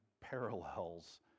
parallels